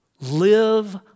Live